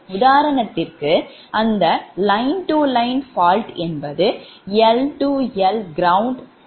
உதாரணத்திற்கு அந்த line line fault என்பது L L G என்று அழைக்கப்படுகிறது